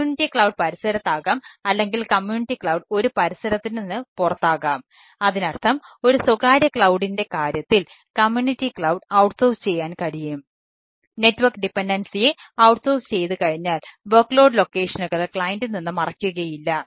community cloud നിന്ന് മറയ്ക്കുകയില്ല